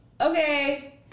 okay